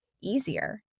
easier